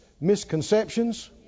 misconceptions